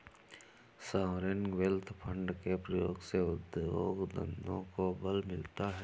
sovereign wealth fund के प्रयोग से उद्योग धंधों को बल मिलता है